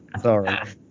sorry